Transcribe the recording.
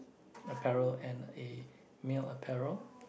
apparel and a male apparel